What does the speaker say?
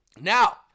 Now